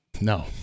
No